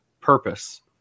purpose